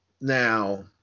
now